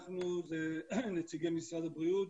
אנחנו זה נציגי משרד הבריאות,